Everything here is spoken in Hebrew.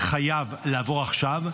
חייב לעבור עכשיו,